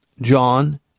John